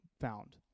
found